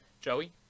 Joey